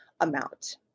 amount